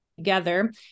together